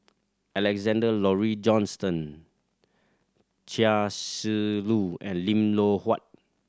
Alexander Laurie Johnston Chia Shi Lu and Lim Loh Huat